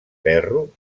ferro